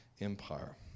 empire